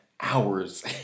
hours